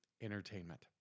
entertainment